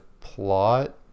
plot